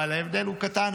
אבל ההבדל הוא קטן,